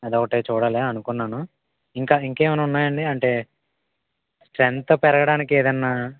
అది ఒకటి చూడాలి అనుకున్నాను ఇంకా ఇంకేమైనా ఉన్నాయా అండి అంటే స్ట్రెంగ్త్ పెరగడానికి ఏదన్నా